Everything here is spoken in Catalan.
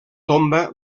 tomba